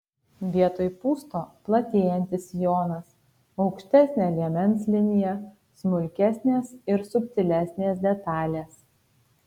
vietoj pūsto platėjantis sijonas aukštesnė liemens linija smulkesnės ir subtilesnės detalės